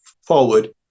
forward